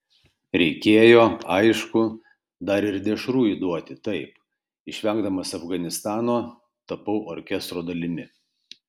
reikėjo aišku dar ir dešrų įduoti taip išvengdamas afganistano tapau orkestro dalimi